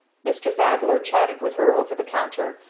mr. thaddler chatted with her over the counter,